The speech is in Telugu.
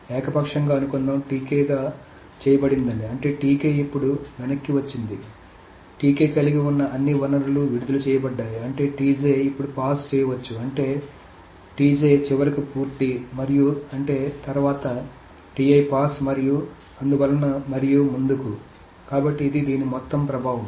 ఏకపక్షంగా అనుకుందాం గా చేయబడిందని అంటే ఇప్పుడు వెనక్కి వచ్చింది కాబట్టి కలిగి ఉన్న అన్ని వనరులు విడుదల చేయబడ్డాయి అంటే ఇప్పుడు పాస్ చేయవచ్చు అంటే చివరకు పూర్తి మరియు అంటే తరువాత పాస్ మరియు అందువలన మరియు ముందుకు కాబట్టి ఇది దీని మొత్తం ప్రభావం